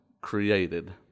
created